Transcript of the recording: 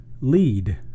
lead